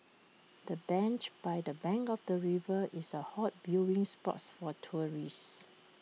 the bench by the bank of the river is A hot viewing spots for tourists